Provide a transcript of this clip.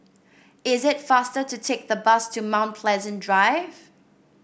is it faster to take the bus to Mount Pleasant Drive